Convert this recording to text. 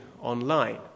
online